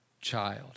child